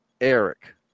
Eric